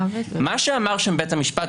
מה שאמר שם בית המשפט,